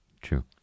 True